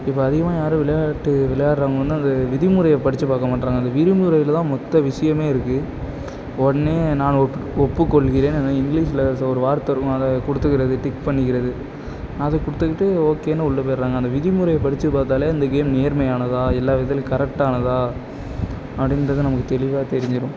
இப்போ அதிகமாக யாரும் விளையாட்டு விளையாடுறவங்க வந்து அந்த விதிமுறையை படிச்சிப் பார்க்க மாட்டுறாங்க அந்த விதிமுறையில் தான் மொத்த விஷயமே இருக்கு உடனே நான் ஒப்புக் ஒப்புக்கொள்கிறேன்னு இங்கிலீஷில் ஒரு வார்த்தை இருக்கும் அதை கொடுத்துக்கிறது டிக் பண்ணிக்கிறது அதை கொடுத்துக்கிட்டு ஓகேன்னு உள்ள போய்ட்றாங்க அந்த விதிமுறையை படிச்சி பார்த்தாலே இந்த கேம் நேர்மையானதாக இல்லை இது கரெக்டானதாக அப்படிங்கிறது நமக்கு தெளிவாக தெரிஞ்சிரும்